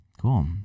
Cool